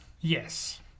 Yes